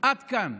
עד כאן.